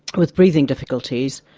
with breathing difficulties.